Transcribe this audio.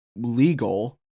legal